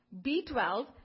B12